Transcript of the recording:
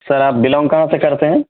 سر آپ بلانگ کہاں سے کرتے ہیں